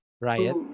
riot